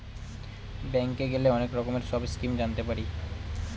ব্যাঙ্কে গেলে অনেক রকমের সব স্কিম জানতে পারি